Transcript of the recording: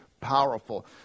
powerful